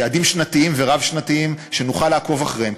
יעדים שנתיים ורב-שנתיים שנוכל לעקוב אחריהם.